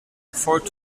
afford